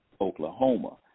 Oklahoma